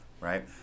right